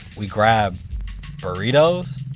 we grab burritos.